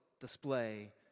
display